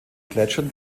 gletschern